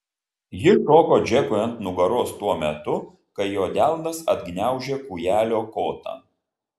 ji šoko džekui ant nugaros tuo metu kai jo delnas apgniaužė kūjelio kotą